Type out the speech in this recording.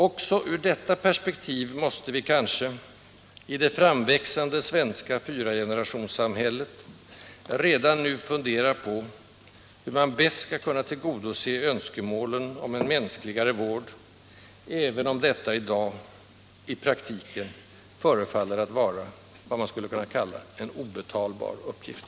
Också ur detta perspektiv måste vi kanske, i det framväxande svenska fyragenerationerssamhället, redan nu fundera på hur man bäst skall kunna tillgodose önskemålen om en mänskligare vård, även om detta i dag emellanåt i praktiken förefaller att vara vad man skulle kunna kalla en obetalbar uppgift.